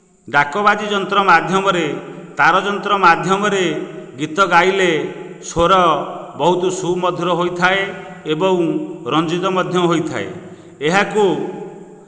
ଡାକବାଜି ଯନ୍ତ୍ର ମାଧ୍ୟମରେ ତାର ଯନ୍ତ୍ର ମାଧ୍ୟମରେ ଗୀତ ଗାଇଲେ ସ୍ୱର ବହୁତ ସୁମଧୁର ହୋଇଥାଏ ଏବଂ ରଞ୍ଜିତ ମଧ୍ୟ ହୋଇଥାଏ ଏହାକୁ